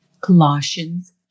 Colossians